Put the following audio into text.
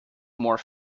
more